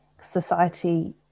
society